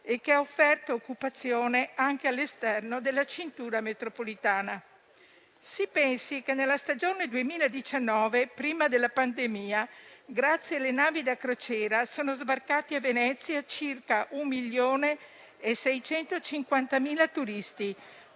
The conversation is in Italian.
e che ha offerto occupazione anche all'esterno della cintura metropolitana. Si pensi che nella stagione 2019, prima della pandemia, grazie alle navi da crociera sono sbarcati a Venezia circa 1.650.000 turisti,